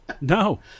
No